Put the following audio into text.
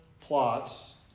plots